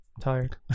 tired